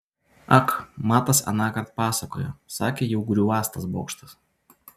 ak matas anąkart pasakojo sakė jau griūvąs tas bokštas